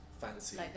fancy